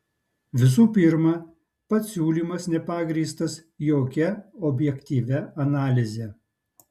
visų pirma pats siūlymas nepagrįstas jokia objektyvia analize